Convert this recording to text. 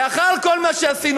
לאחר כל מה שעשינו,